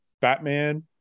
Batman